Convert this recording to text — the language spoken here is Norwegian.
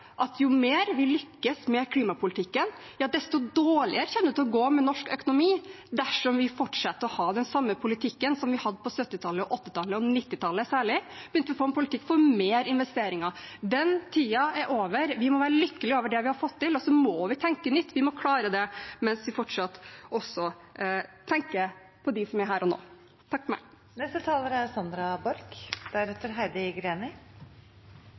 at jo mer vi lykkes med klimapolitikken, desto dårligere kommer det til å gå med norsk økonomi dersom vi fortsetter å ha den samme politikken som vi hadde på 1970-, 1980- og særlig 1990-tallet – en politikk for mer investeringer. Den tiden er over. Vi må være lykkelige over det vi har fått til, og så må vi tenke nytt. Vi må klare det mens vi fortsatt også tenker på dem som er her og nå. Først til representanten Nævra og SV: Jeg vil først si at jeg respekterer SVs syn på rovdyrpolitikken. Men vi er